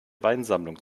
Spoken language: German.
weinsammlung